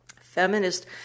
feminist